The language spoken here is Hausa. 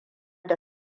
da